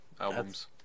albums